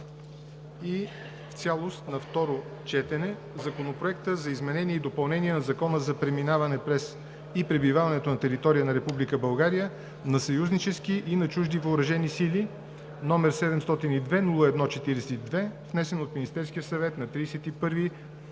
и в цялост на второ четене Законопроектът за изменение и допълнение на Закона за преминаване през и пребиваването на територията на Република България на съюзнически и на чужди въоръжени сили, № 702-01-42, внесен от Министерския съвет на 31